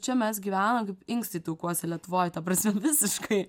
čia mes gyvenam kaip inkstai taukuose lietuvoj ta prasme visiškai